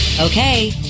Okay